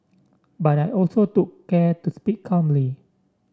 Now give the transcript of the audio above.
but I also took care to speak calmly